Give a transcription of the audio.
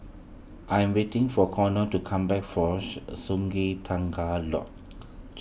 I am waiting for Konnor to come back force Sungei Tengah Lodge